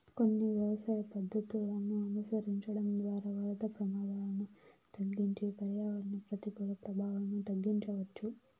కొన్ని వ్యవసాయ పద్ధతులను అనుసరించడం ద్వారా వరద ప్రమాదాలను తగ్గించి పర్యావరణ ప్రతికూల ప్రభావాలను తగ్గించవచ్చు